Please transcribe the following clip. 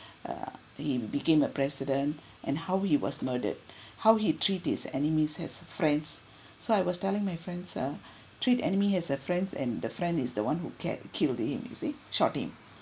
err he became a president and how he was murdered how he treat his enemies as friends so I was telling my friends uh treat enemy has a friends and the friend is the one who cared killed him you see shot him